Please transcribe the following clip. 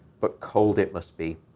but cold it must be.